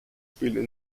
spielen